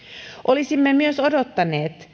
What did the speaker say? olisimme myös odottaneet